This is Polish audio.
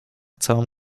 całą